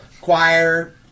choir